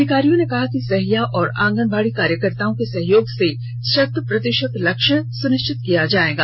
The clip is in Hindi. अधिकारियों ने कहा कि सहिया और आंगनबाड़ी कार्यकर्ताओं के सहयोग से शत प्रतिशत लक्ष्य सुनिश्चित किया जाएगा